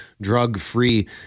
drug-free